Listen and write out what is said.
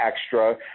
extra